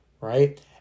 right